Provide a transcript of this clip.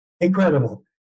incredible